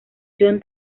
john